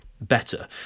better